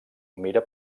mira